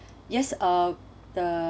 yes uh the